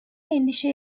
endişe